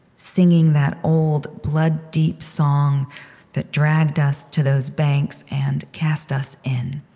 singing that old blood-deep song that dragged us to those banks and cast us in.